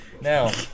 Now